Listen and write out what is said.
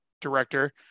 director